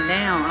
now